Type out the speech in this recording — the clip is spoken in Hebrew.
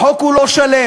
החוק הוא לא שלם,